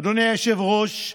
אדוני היושב-ראש,